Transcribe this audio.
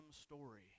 story